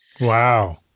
Wow